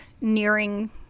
nearing